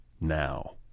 now